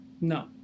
no